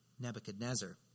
Nebuchadnezzar